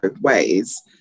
ways